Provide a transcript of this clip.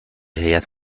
هیات